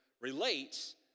relates